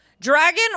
Dragon